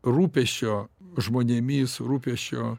rūpesčio žmonėmis rūpesčio